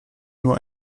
nur